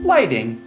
Lighting